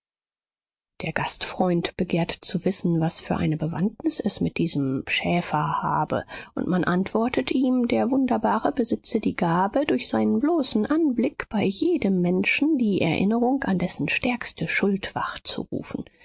der gastfreund begehrt zu wissen was für eine bewandtnis es mit diesem schäfer habe und man antwortet ihm der wunderbare besitze die gabe durch seinen bloßen anblick bei jedem menschen die erinnerung an dessen stärkste schuld wachzurufen